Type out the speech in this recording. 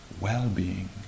well-being